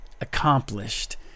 accomplished